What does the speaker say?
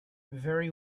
very